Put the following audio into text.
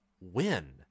win